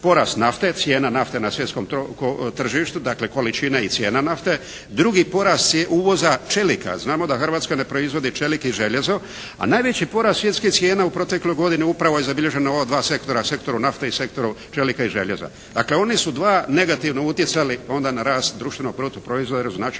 porast nafte, cijena nafte na svjetskom tržištu dakle količina i cijena nafte, drugi porast uvoza čelika. Znamo da Hrvatska ne proizvodi čelik i željezo. A najveći porast svjetskih cijena u protekloj godini upravo je zabilježen na ova dva sektora, sektoru nafte i sektoru čelika i željeza. Dakle, oni su dva negativno utjecali onda na rast društvenog bruto proizvoda jer su